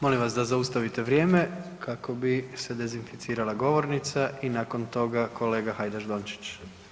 Molim vas da zaustavite vrijeme kako bi se dezinficirala govornica i nakon toga kolega Hajdaš Dončić.